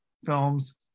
Films